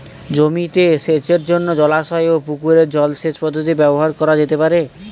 জমিতে সেচের জন্য জলাশয় ও পুকুরের জল সেচ পদ্ধতি ব্যবহার করা যেতে পারে?